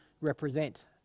represent